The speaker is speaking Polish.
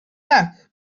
tak